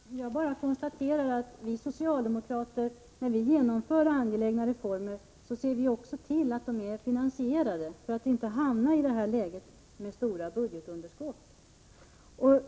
Herr talman! Jag bara konstaterar att vi socialdemokrater när vi genomför angelägna reformer också ser till att reformerna är finansierade, så att vi inte hamnar i ett läge med stora budgetunderskott.